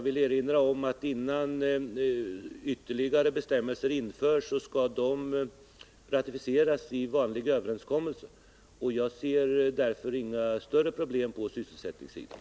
Men innan ytterligare bestämmelser införs skall de notificeras i vanlig överenskommelse. Jag ser därför inte att det behöver uppstå några större problem på sysselsättningssidan.